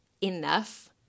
enough